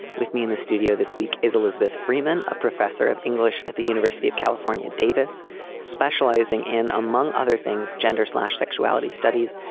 with me in the studio this week is elizabeth freeman a professor of english at the university of california davis specializing in among other things gender slash sexuality studies.